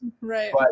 right